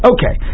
Okay